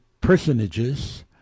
personages